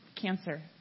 cancer